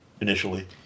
initially